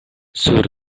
sur